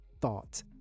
thought